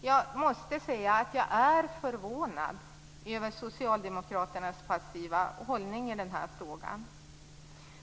Jag måste säga att jag är förvånad över socialdemokraternas passiva hållning i den här frågan.